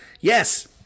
yes